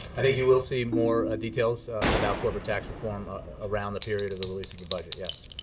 and you will see more details about corporate tax reform around the period of the release of the budget, yes.